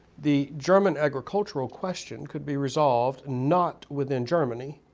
the german agricultural question could be resolved not within germany,